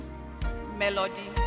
Melody